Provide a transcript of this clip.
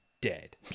dead